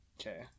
Okay